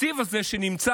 התקציב הזה שנמצא,